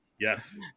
Yes